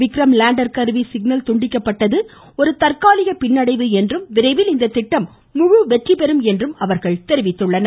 Vikram lander கருவி signal துண்டிக்கப்பட்டது ஒரு தற்காலிக பின்னடைவு என்றும் விரைவில் இத்திட்டம் முழு வெற்றிபெறும் என்றும் அவர்கள் தெரிவித்துள்ளனர்